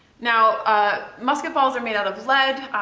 now ah musket balls are made out of lead,